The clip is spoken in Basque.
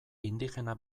indigena